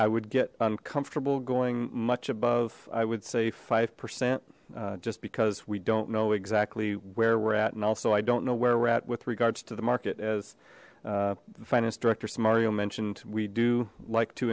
i would get uncomfortable going much above i would say five percent just because we don't know exactly where we're at and also i don't know where we're at with regards to the market as the finance director so mario mentioned we do like to